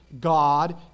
God